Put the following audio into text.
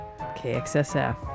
KXSF